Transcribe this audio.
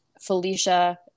felicia